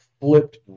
flipped